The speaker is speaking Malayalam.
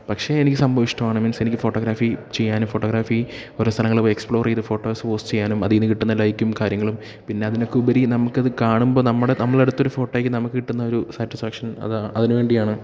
പക്ഷേയെനിക്ക് സംഭവമിഷ്ടമാണ് മീൻസ് എനിക്ക് ഫോട്ടോഗ്രാഫി ചെയ്യാനും ഫോട്ടോഗ്രാഫി ഓരോ സ്ഥലങ്ങളിൽ പോയി എക്സ്പ്ലോർ ചെയ്ത് ഫോട്ടോസ് പോസ്റ്റ് ചെയ്യാനും അതിൽ നിന്നു കിട്ടുന്ന ലൈക്കും കാര്യങ്ങളും പിന്നതിനൊക്കുപരി നമുക്കത് കാണുമ്പം നമ്മുടെ നമ്മൾ എടുത്തൊരു ഫോട്ടോയ്ക്ക് നമുക്ക് കിട്ടുന്നൊരു സാറ്റിസ്ഫാക്ഷൻ അതാണ് അതിന് വേണ്ടിയാണ്